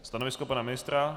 Stanovisko pana ministra?